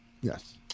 Yes